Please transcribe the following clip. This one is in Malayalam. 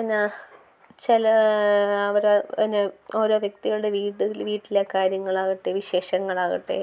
എന്നാൽ ചില അവരാ എന്ന ഓരോ വ്യക്തികളുടെ വീട് വീട്ടിലെ കാര്യങ്ങളാവട്ടെ വിശേഷങ്ങളാവട്ടെ